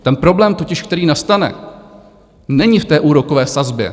Ten problém totiž, který nastane, není v úrokové sazbě.